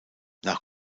nach